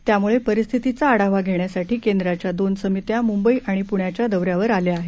त्यामुळे परिस्थितीचा आढावा घेण्यासाठी केंद्राच्या दोन समित्या मुंबई आणि पुण्याच्या दौऱ्यावर आल्या आहेत